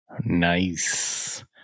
Nice